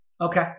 Okay